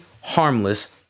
harmless